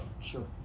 Sure